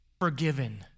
forgiven